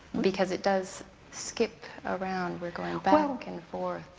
because it does skip around, we're going back and forth.